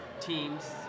teams